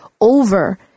over